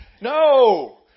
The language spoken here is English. No